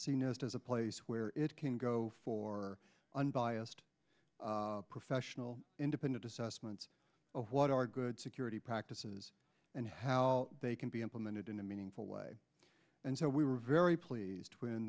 nest as a place where it can go for unbiased professional independent assessment of what are good security practices and how they can be implemented in a meaningful way and so we were very pleased when